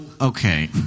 okay